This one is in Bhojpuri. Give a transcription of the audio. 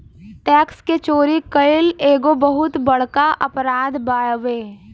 टैक्स के चोरी कईल एगो बहुत बड़का अपराध बावे